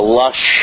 lush